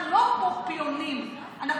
אנחנו לא פיונים פה,